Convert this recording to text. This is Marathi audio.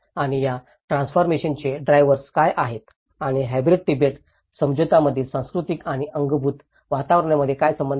आणि या ट्रान्सफॉर्मेशन चे ड्रायव्हर्स काय आहेत आणि हॅब्रिड तिबेटी समझोतामधील सांस्कृतिक आणि अंगभूत वातावरणामध्ये काय संबंध आहे